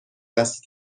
است